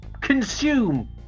consume